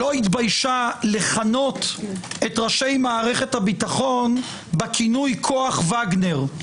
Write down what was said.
שלא התביישה לכנות את ראשי מערכת הביטחון בכינוי כוח וגנר,